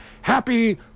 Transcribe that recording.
Happy